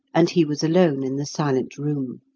and he was alone in the silent room.